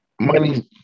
money